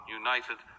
united